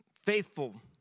faithful